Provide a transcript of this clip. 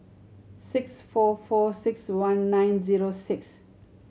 six four four six one nine zero six